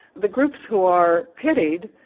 the groups who are pitied,